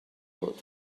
بود